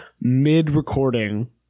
mid-recording